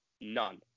None